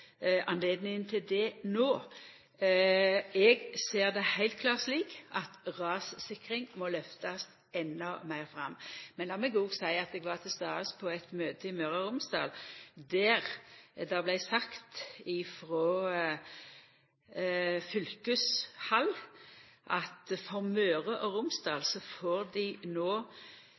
til det no. Eg ser det heilt klart slik at rassikring må lyftast endå meir fram. Men lat meg òg seia at eg var til stades på eit møte i Møre og Romsdal, der det frå fylkeshald vart sagt at Møre og Romsdal får